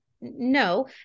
no